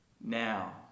now